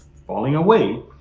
falling away,